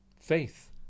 Faith